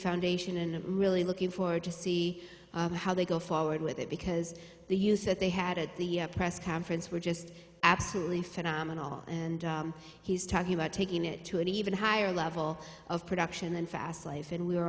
foundation and i'm really looking forward to see how they go forward with it because the use that they had at the press conference were just absolutely phenomenal and he's talking about taking it to an even higher level of production and fast life and we were